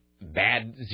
bad